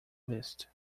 list